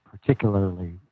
particularly